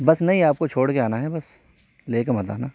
بس نہیں آپ کو چھوڑ کے آنا ہے بس لے کے مت آنا